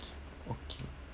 okay